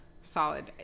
solid